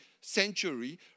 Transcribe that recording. century